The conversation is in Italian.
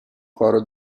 coro